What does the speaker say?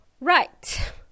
Right